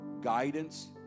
guidance